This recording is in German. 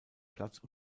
platz